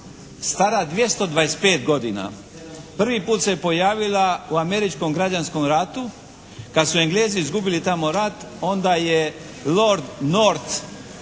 stara 225 godina. Prvi put se pojavila u američkom građanskom ratu kad su Englezi izgubili tamo rat onda je lord Nort